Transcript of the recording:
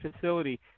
facility